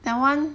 that [one]